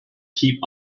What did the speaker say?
keep